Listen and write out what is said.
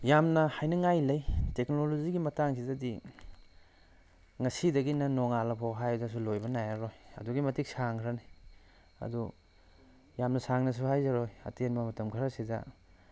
ꯌꯥꯝꯅ ꯍꯥꯏꯅꯤꯉꯥꯏ ꯂꯩ ꯇꯦꯛꯅꯣꯂꯣꯖꯤꯒꯤ ꯃꯇꯥꯡꯗꯗꯤ ꯉꯁꯤꯗꯒꯤꯅ ꯅꯣꯉꯥꯜꯂꯐꯥꯎ ꯍꯥꯏꯗꯅꯁꯨ ꯂꯣꯏꯕ ꯅꯥꯏꯔꯔꯣꯏ ꯑꯗꯨꯛꯀꯤ ꯃꯇꯤꯛ ꯁꯪꯈ꯭ꯔꯅꯤ ꯑꯗꯣ ꯌꯥꯝꯅ ꯁꯥꯡꯅꯁꯨ ꯍꯥꯏꯖꯔꯣꯏ ꯑꯇꯦꯟꯕ ꯃꯇꯝ ꯈꯔꯁꯤꯗ